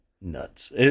nuts